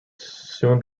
soon